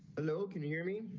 hello. can you hear me.